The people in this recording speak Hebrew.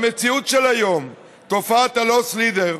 במציאות של היום, תופעת ה"לוס לידר",